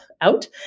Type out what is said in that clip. out